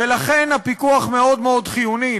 ולכן הפיקוח מאוד מאוד חיוני.